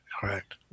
Correct